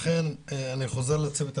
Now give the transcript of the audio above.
לכן, אני חוזר לצוות הטיפולי.